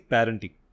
Parenting